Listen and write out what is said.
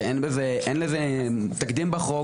שאין לזה תקדים בחוק,